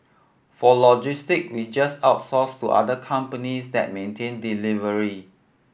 for logistic we just outsource to other companies that maintain delivery